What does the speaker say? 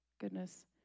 goodness